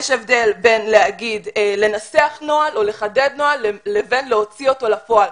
יש הבדל בין להגיד לנסח נוהל או לחדד נוהל לבין להוציא אותו לפועל.